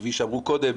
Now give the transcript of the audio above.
כפי שאמרו קודם,